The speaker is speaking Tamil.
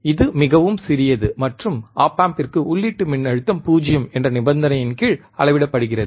இது மிகவும் சிறியது மற்றும் ஒப் ஆம்பிற்கு உள்ளீட்டு மின்னழுத்தம் 0 என்ற நிபந்தனையின் கீழ் அளவிடப்படுகிறது